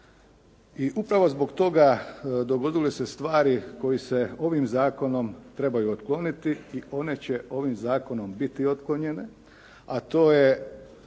I upravo zbog toga dogodile su se stvari koje se ovim zakonom trebaju otkloniti i one će ovim zakonom biti otklonjene. A to je